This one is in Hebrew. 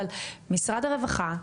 משרד הרווחה,